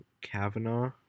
Kavanaugh